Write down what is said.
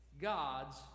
God's